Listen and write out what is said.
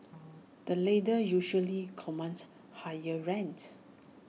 the latter usually commands higher rent